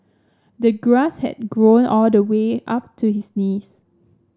the grass had grown all the way up to his knees